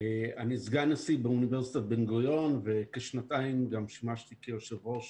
אני סגן נשיא באוניברסיטת בן גוריון וכשנתיים גם שימשתי כיושב-ראש